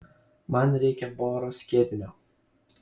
man reikia boro skiedinio